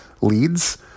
leads